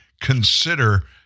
consider